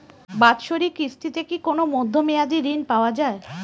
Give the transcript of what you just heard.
বাৎসরিক কিস্তিতে কি কোন মধ্যমেয়াদি ঋণ পাওয়া যায়?